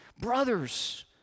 brothers